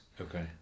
Okay